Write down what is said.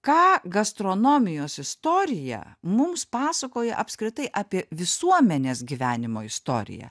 ką gastronomijos istorija mums pasakoja apskritai apie visuomenės gyvenimo istoriją